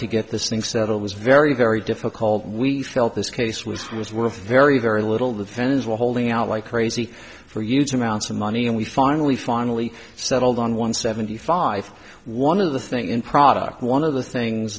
to get this thing settled was very very difficult and we felt this case was it was worth very very little the fans were holding out like crazy for huge amounts of money and we finally finally settled on one seventy five one of the thing in product one of the things